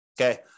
Okay